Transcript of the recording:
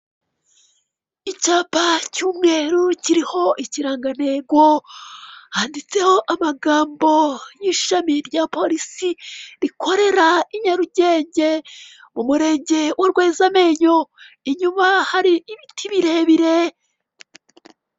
Icyapa cy'umweru kiriho ikirangantego handitseho amagambo y'ishami rya polisi rikorera i Nyarugenge umurenge Rwezamenyo inyuma hari ibiti birebire.